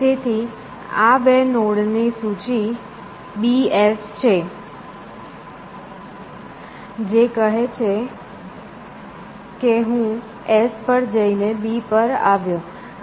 તેથી આ બે નોડ ની સૂચિ B S છે જે કહે છે કે હું S પર થઈને B પર આવ્યો